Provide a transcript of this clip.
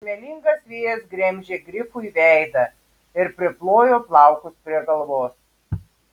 smėlingas vėjas gremžė grifui veidą ir priplojo plaukus prie galvos